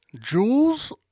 Jules